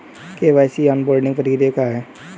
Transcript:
KYC onboarding प्रक्रिया क्या है?